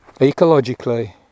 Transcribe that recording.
ecologically